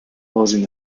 causing